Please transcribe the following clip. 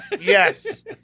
Yes